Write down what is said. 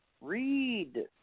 Read